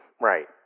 Right